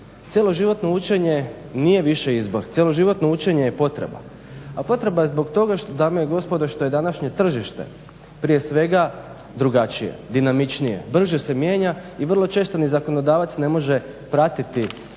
Cjeloživotno učenje nije više izbor, cjeloživotno učenje je potreba, a potreba je zbog toga dame i gospodo što je današnje tržište prije svega drugačije, dinamičnije, brže se mijenja i vrlo često ni zakonodavac ne može pratiti